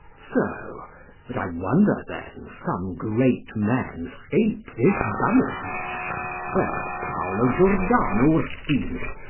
so but i wonder then some great men scape this banishment there s paulo giordano ursini,